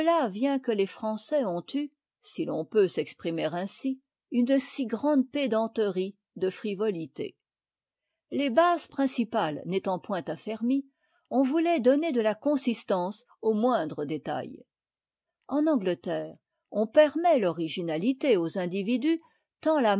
vient que les français ont eu si l'on peut s'exprimer ainsi une si grande pédanterie de frivolité les bases principales n'étant point affermies on voulait donner de la consistance aux moindres détaits en angleterre on permet origina ité aux individus tant